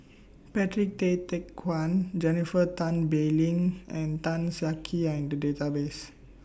Patrick Tay Teck Guan Jennifer Tan Bee Leng and Tan Siak Kew Are in The Database